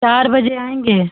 चार बजे आएँगे